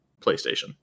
playstation